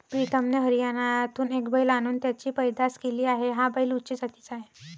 प्रीतमने हरियाणातून एक बैल आणून त्याची पैदास केली आहे, हा बैल उच्च जातीचा आहे